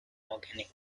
organic